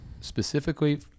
specifically